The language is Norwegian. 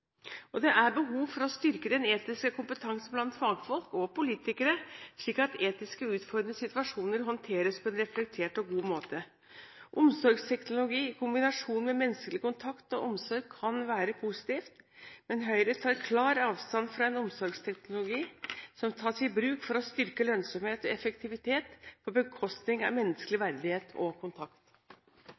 kontrollerende. Det er behov for å styrke den etiske kompetansen blant fagfolk og politikere, slik at etisk utfordrende situasjoner håndteres på en reflektert og god måte. Omsorgsteknologi i kombinasjon med menneskelig kontakt og omsorg kan være positivt, men Høyre tar klart avstand fra en omsorgsteknologi som tas i bruk for å styrke lønnsomhet og effektivitet på bekostning av menneskelig verdighet og kontakt.